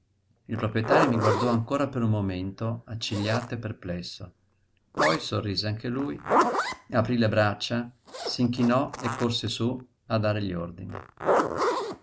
il proprietario mi guardò ancora per un momento accigliato e perplesso poi sorrise anche lui aprí le braccia s'inchinò e corse sú a dare gli ordini